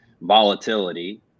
volatility